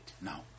now